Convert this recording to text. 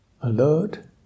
Alert